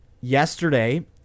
yesterday